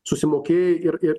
susimokėjai ir ir